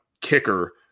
kicker